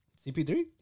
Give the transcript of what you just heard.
CP3